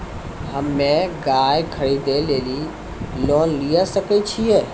हम्मे गाय खरीदे लेली लोन लिये सकय छियै?